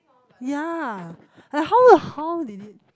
ya like how how did it